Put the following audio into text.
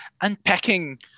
unpacking